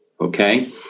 Okay